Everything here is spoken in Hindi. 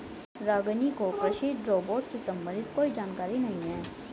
रागिनी को कृषि रोबोट से संबंधित कोई जानकारी नहीं है